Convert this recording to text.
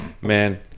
Man